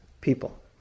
people